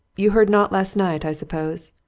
you heard naught last night, i suppose?